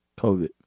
COVID